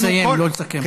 אנחנו, לסיים, לא לסכם.